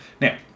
Now